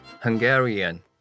Hungarian